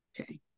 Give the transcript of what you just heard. Okay